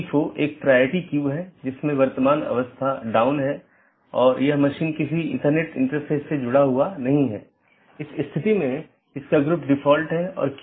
यदि हम अलग अलग कार्यात्मकताओं को देखें तो BGP कनेक्शन की शुरुआत और पुष्टि करना एक कार्यात्मकता है